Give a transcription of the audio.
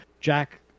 Jack